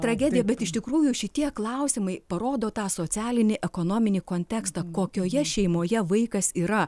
tragedija bet iš tikrųjų šitie klausimai parodo tą socialinį ekonominį kontekstą kokioje šeimoje vaikas yra